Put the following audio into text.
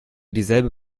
dieselbe